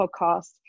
podcast